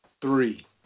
three